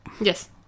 Yes